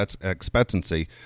expectancy